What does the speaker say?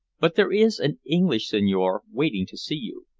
but there is an english signore waiting to see you.